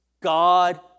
God